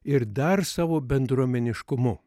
ir dar savo bendruomeniškumu